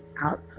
out